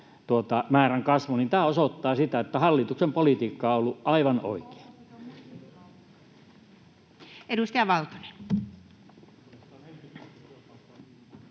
määrän kasvu, niin kyllähän tämä osoittaa sitä, että hallituksen politiikka on ollut aivan oikea.